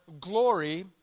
glory